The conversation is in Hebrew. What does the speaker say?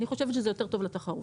אני חושבת שזה יותר טוב לתחרות.